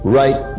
right